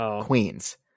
Queens